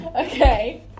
Okay